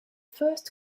first